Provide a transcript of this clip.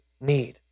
need